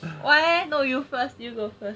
why eh no you first you go first